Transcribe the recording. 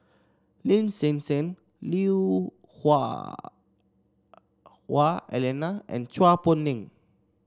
Lin Hsin Hsin Lui Hah Wah Elena and Chua Poh Leng